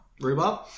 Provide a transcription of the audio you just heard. Rhubarb